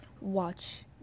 watch